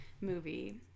movie